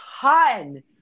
ton